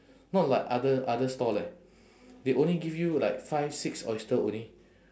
not like other other store leh they only give you like five six oyster only